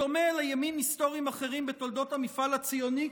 בדומה לימים היסטוריים אחרים בתולדות המפעל הציוני,